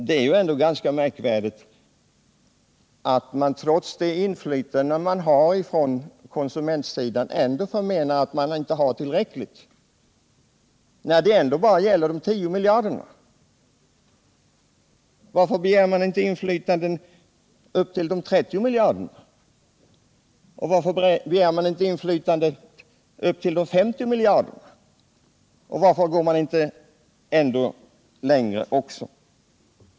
Det är ganska märkvärdigt att man, trots det inflytande man har från konsumentsidan, ändå menar att det inte är tillräckligt med inflytande. Varför begär man inte att få inflytande upp till 30 miljarder kronor? Varför begär man inte inflytande upp till 50 miljarder? Och varför går man inte ännu längre?